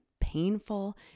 painful